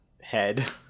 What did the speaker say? head